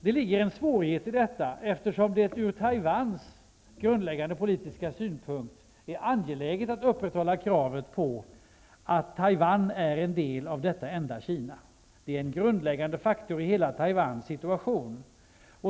Det ligger en svårighet i detta, eftersom det ur Taiwans grundläggande politiska synpunkt är angeläget att upprätthålla kravet på att Taiwan är en del av detta enda Kina. Det är en grundläggande faktor i hela Taiwans situation.